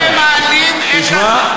אתם מעלים את, תשמע,